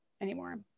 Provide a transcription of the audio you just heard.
anymore